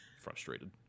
frustrated